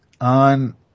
on